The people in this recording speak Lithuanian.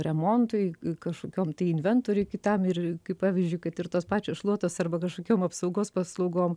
remontui kažkokiom tai inventoriui kitam ir kaip pavyzdžiui kad ir tos pačios šluotos arba kažkokiom apsaugos paslaugom